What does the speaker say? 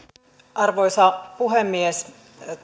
arvoisa puhemies